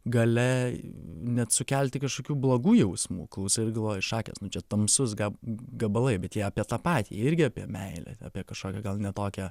galia net sukelti kažkokių blogų jausmų klausai ir galvoji šakės nu čia tamsus gab gabalai bet jie apie tą patį irgi apie meilę apie kažkokią gal ne tokią